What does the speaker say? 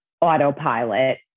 autopilot